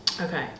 okay